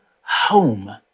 home